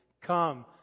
Come